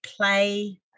play